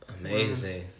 Amazing